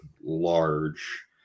large